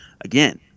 Again